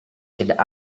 tidak